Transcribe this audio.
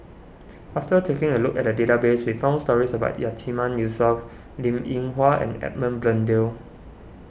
after taking a look at the database we found stories about Yatiman Yusof Linn in Hua and Edmund Blundell